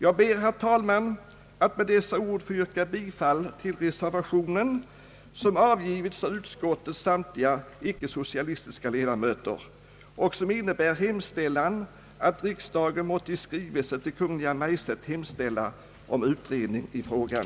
Jag ber, herr talman, att med dessa ord få yrka bifall till reservationen, som avgivits av utskottets samtliga icke socialistiska ledamöter och som innebär att riksdagen måtte i skrivelse till Kungl. Maj:t hemställa om utredning i frågan.